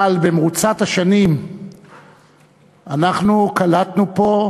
אבל במרוצת השנים אנחנו קלטנו פה,